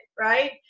right